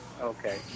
Okay